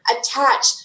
Attach